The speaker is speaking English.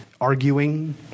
arguing